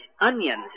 Onions